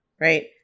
Right